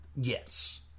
Yes